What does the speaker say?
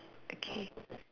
okay